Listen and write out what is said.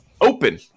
open